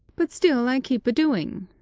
but still i keep a-doing.